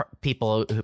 people